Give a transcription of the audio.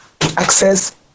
access